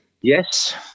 Yes